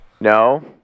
No